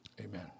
Amen